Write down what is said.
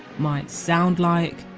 might sound like,